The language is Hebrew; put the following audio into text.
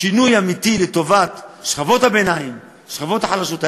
שינוי אמיתי לטובת שכבות הביניים, השכבות החלשות.